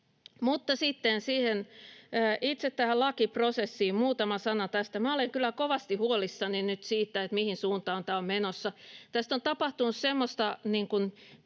itse tähän lakiprosessiin. Muutama sana tästä. Minä olen kyllä kovasti huolissani nyt siitä, mihin suuntaan tämä on menossa. Tässä on tapahtunut semmoista